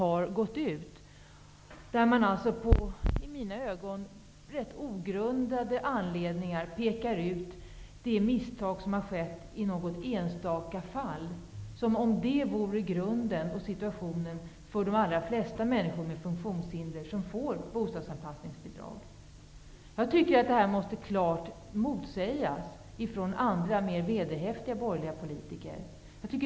Av enligt min uppfattning någon ogrundad anledning pekas enstaka fall ut där misstag har begåtts -- som om de misstagen vore grunden till de allra flesta bostadsanpassningsbidrag som ges till människor med funktionshinder. Jag tycker att mer vederhäftiga borgerliga politiker måste argumentera emot detta.